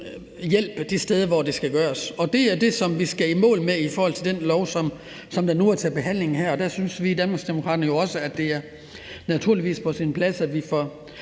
hjælp de steder, hvor det skal gøres. Det er det, som vi skal i mål med i forhold til den lov, der nu er til behandling her. Og der synes vi i Danmarksdemokraterne også, at det naturligvis er på sin plads, at vi får